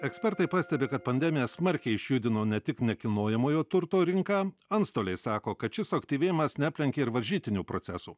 ekspertai pastebi kad pandemija smarkiai išjudino ne tik nekilnojamojo turto rinką antstoliai sako kad šis suaktyvėjimas neaplenkė ir varžytinių procesų